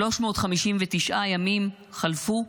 359 ימים חלפו,